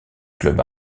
club